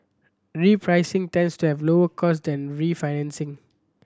repricing tends to have lower cost than refinancing